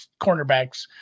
cornerbacks